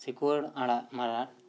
ᱥᱤᱠᱩᱣᱟᱹᱲ ᱟᱲᱟᱜ ᱢᱟᱨᱟᱲ